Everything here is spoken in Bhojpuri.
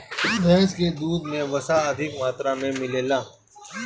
भैस के दूध में वसा अधिका मात्रा में मिलेला